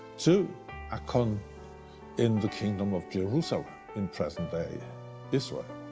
to akkon in the kingdom of jerusalem in present day israel.